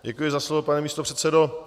Děkuji za slovo, pane místopředsedo.